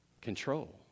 control